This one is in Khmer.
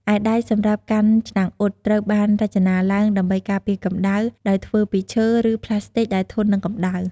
ឯដៃសម្រាប់កាន់ឆ្នាំងអ៊ុត ត្រូវបានរចនាឡើងដើម្បីការពារកម្ដៅ ដោយធ្វើពីឈើ ឬប្លាស្ទិកដែលធន់នឹងកម្ដៅ។